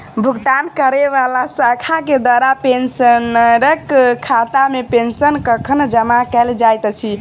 भुगतान करै वला शाखा केँ द्वारा पेंशनरक खातामे पेंशन कखन जमा कैल जाइत अछि